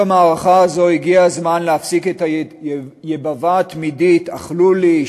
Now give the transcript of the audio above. במערכה הזאת הגיע הזמן להפסיק את היבבה התמידית "אכלו לי,